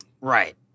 Right